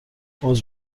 عذر